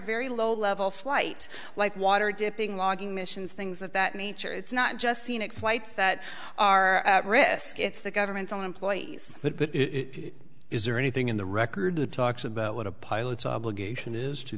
very low level flight like water dipping logging missions things of that nature it's not just scenic flights that are risk it's the government's own employees but is there anything in the record that talks about what a pilot's obligation is to